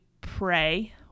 pray